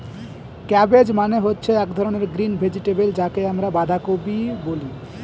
cabbage মানে হচ্ছে এক ধরনের গ্রিন ভেজিটেবল যাকে আমরা বাঁধাকপি বলি